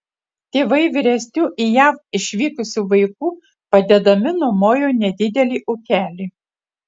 tėvai vyresnių į jav išvykusių vaikų padedami nuomojo nedidelį ūkelį